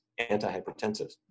antihypertensives